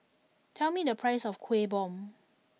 tell me the price of Kueh Bom